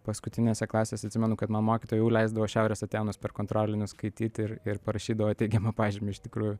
paskutinėse klasėse atsimenu kad man mokytoja jau leisdavo šiaurės atėnus per kontrolinius skaityt ir ir parašydavo teigiamą pažymį iš tikrųjų